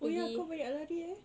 oh ya kau banyak lari eh